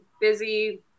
busy